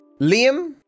Liam